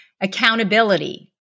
Accountability